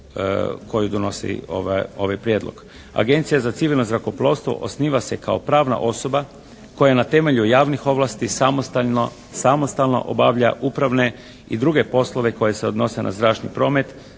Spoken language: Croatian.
koju donosi ovaj prijedlog. Agencija za civilno zrakoplovstvo osniva se kao pravna osoba koja na temelju javnih ovlasti samostalno obavlja upravne i druge poslove koji se odnose na zračni promet,